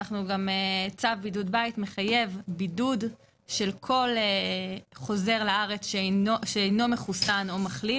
צו בידוד בית מחייב בידוד של כל חוזר לארץ שאינו מחוסן או מחלים.